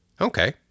Okay